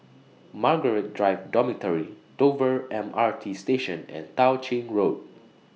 Margaret Drive Dormitory Dover M R T Station and Tao Ching Road